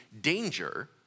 danger